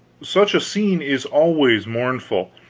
such a scene is always mournful,